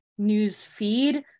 newsfeed